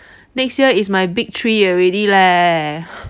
next year is my big three already leh